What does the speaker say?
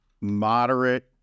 moderate